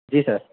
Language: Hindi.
जी सर